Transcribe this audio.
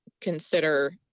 consider